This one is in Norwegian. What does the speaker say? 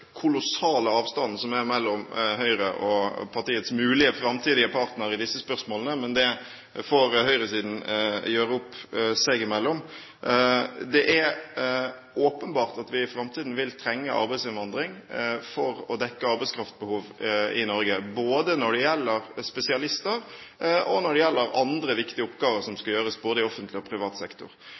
kolossale avstanden som er mellom Høyre og partiets mulige framtidige partner i disse spørsmålene, men det får høyresiden gjøre opp seg imellom. Det er åpenbart at vi i framtiden vil trenge arbeidsinnvandring for å dekke arbeidskraftbehovet i Norge, både når det gjelder spesialister, og når det gjelder andre viktige oppgaver som skal gjøres, både i offentlig og i privat sektor.